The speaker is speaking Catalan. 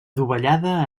dovellada